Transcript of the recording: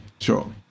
Sure